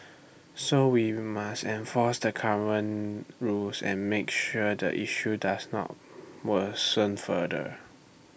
so we must enforce the current rules and make sure the issue does not worsen further